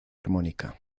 armónica